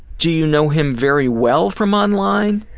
do you know him very well from online?